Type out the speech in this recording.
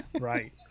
Right